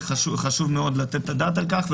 חשוב מאוד לתת את הדעת על כך.